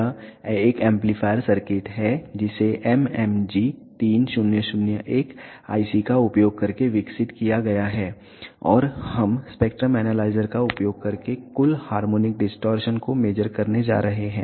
यह एक amplifier circuit है जिसे MMG3001 IC का उपयोग करके विकसित किया गया है और हम स्पेक्ट्रम एनालाइजर का उपयोग करके कुल हार्मोनिक डिस्टॉरशन को मेज़र करने जा रहे हैं